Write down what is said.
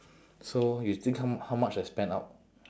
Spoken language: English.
so you think how how much I spent out